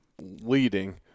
leading